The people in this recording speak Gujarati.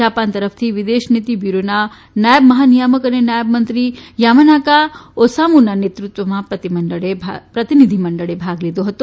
જાપન તરફથી વિદેશ નીતિ બ્યૂરોના નાયબ મહા નિયામક અને નાયબમંત્રી યામાનાકા ઓસામુના નેતૃત્વમાં પ્રતિનિધિ મંડળે ભાગ લીધો હતો